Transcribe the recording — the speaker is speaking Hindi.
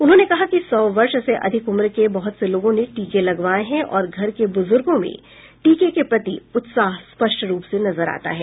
उन्होंने कहा कि सौ वर्ष से अधिक उम्र के बहुत से लोगों ने टीके लगवाये हैं और घर के बुजुर्गों में टीके के प्रति उत्साह स्पष्ट रूप से नजर आता है